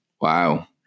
Wow